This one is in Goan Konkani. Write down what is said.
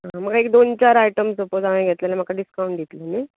म्हाका एक दोन चार आयटम्स सपोज हांवें घेतलें जाल्यार म्हाका डिस्कांउट दितली न्हय